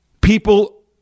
people